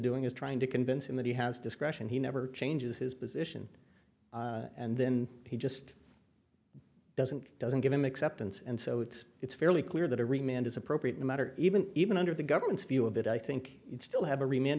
doing is trying to convince him that he has discretion he never changes his position and then he just doesn't doesn't give them acceptance and so it's it's fairly clear that every man is appropriate no matter even even under the government's view of it i think it's still have a remain